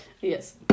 Yes